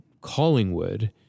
Collingwood